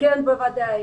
כן, בוודאי.